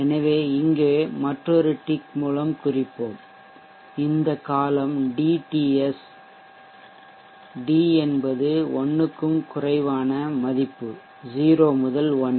எனவே இங்கே மற்றொரு டிக் மூலம் குறிப்போம் இந்த காலம் dTS d என்பது 1 க்கும் குறைவான மதிப்பு 0 முதல் 1